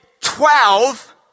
twelve